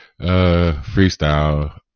freestyle